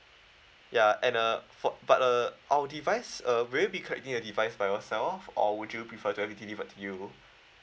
ya and uh for but uh our device uh will you be collecting the device by yourself or would you prefer to have it delivered to you